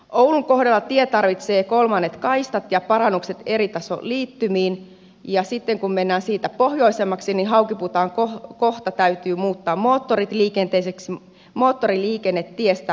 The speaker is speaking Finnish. oulun kohdalla tie tarvitsee kolmannet kaistat ja parannukset eritasoliittymiin ja sitten kun mennään siitä pohjoisemmaksi niin haukiputaan kohta täytyy muuttaa moottoriliikennetiestä moottoritieksi